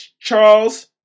Charles